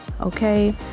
Okay